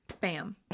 Bam